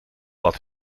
wat